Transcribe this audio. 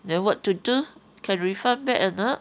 then what to do can refer back or not